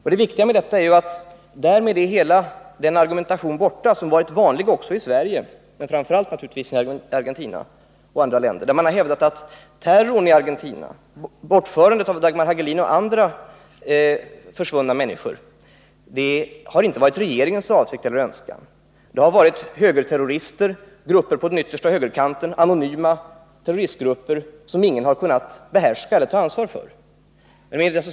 Det viktiga med detta är att hela den argumentation som varit vanlig också i Sverige men naturligtvis framför allt i Argentina och andra länder därmed är borta. Man har nämligen hävdat att terrorn i Argentina, bortförandet av Dagmar Hagelin och av andra försvunna människor inte har varit regeringens avsikt eller önskan. Det har enligt denna argumentation varit terrorister från grupper på den yttersta högerkanten, anonyma terroristgrupper som ingen har kunnat behärska eller ta ansvar för, som har stått för terrorn.